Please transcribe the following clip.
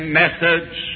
methods